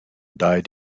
died